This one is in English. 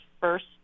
first